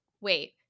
wait